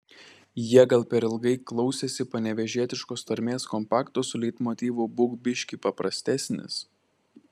jie gal per ilgai klausėsi panevėžietiškos tarmės kompakto su leitmotyvu būk biškį paprastesnis